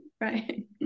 right